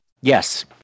Yes